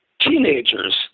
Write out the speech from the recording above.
teenagers